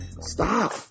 Stop